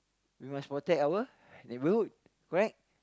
we must protect our neighbourhood correct